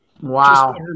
Wow